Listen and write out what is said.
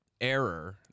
error